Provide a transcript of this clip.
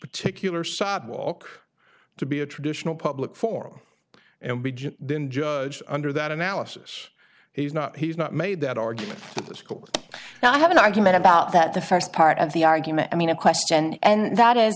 particular sad walk to be a traditional public forum and be then judge under that analysis he's not he's not made that argument that schools now have an argument about that the first part of the argument i mean a question and that